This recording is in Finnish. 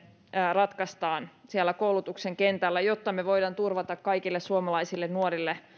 ratkaisemme siellä koulutuksen kentällä jotta me voimme turvata kaikille suomalaisille nuorille